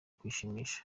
kwishimisha